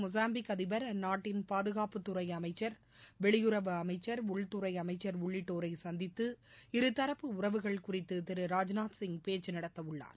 Mozambique அதிபர் அந்நாட்டின் பாதுகாப்புத்துறைஅமைச்சர் வெளியுறவு அமைச்சர் உள்துறைஅமைச்சர் உள்ளிட்டோரைசந்தித்து இருதரப்பு உறவுகள் குறித்துதிரு ராஜ்நாத் சிங் பேச்சுநடத்தவுள்ளார்